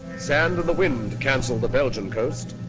sand and the wind canceled the belgium coast.